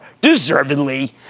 deservedly